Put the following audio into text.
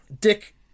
Dick